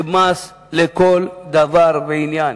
זה מס לכל דבר ועניין.